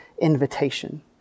invitation